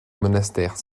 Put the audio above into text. monastère